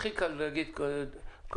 הכי קל להגיד תקנות,